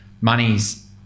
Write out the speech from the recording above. money's